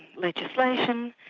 legislation,